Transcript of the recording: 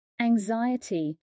Anxiety